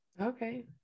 Okay